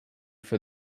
for